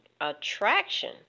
attraction